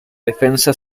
defensa